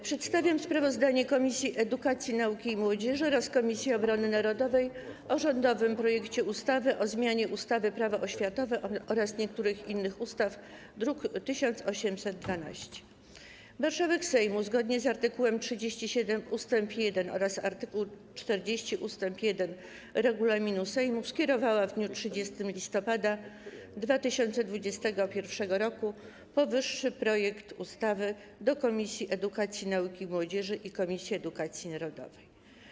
Przedstawiam sprawozdanie Komisji Edukacji, Nauki i Młodzieży oraz Komisji Obrony Narodowej o rządowym projekcie ustawy o zmianie ustawy - Prawo oświatowe oraz niektórych innych ustaw, druk nr 1812. Marszałek Sejmu, zgodnie z art. 37 ust. 1 oraz art. 40 ust. 1 regulaminu Sejmu, skierowała w dniu 30 listopada 2021 r. powyższy projekt ustawy do Komisji Edukacji, Nauki i Młodzieży i Komisji Obrony Narodowej.